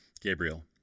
Gabriel